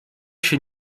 się